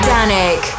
Danik